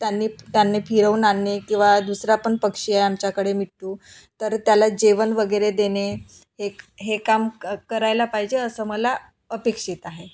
त्यांनी त्यांनी फिरवून आणणे किंवा दुसरा पण पक्षी आहे आमच्याकडे मिट्टू तर त्याला जेवण वगैरे देणे हे हे काम क करायला पाहिजे असं मला अपेक्षित आहे